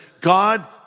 God